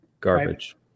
Garbage